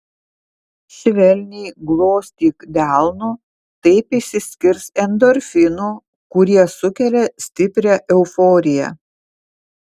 švelniai glostyk delnu taip išsiskirs endorfinų kurie sukelia stiprią euforiją